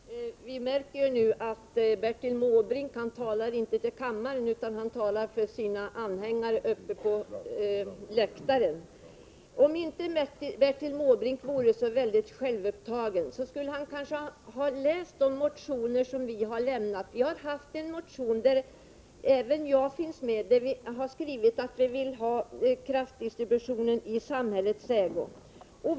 Herr talman! Vi märker nu att Bertil Måbrink inte talar till kammaren utan till sina anhängare på läktaren. Om inte Bertil Måbrink vore så väldigt självupptagen, skulle han kanske ha läst de motioner vi väckt. Det har väckts en motion, som även jag undertecknat och där vi skrivit att vi vill ha kraftdistributionen i samhällets ägo.